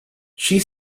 she